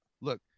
look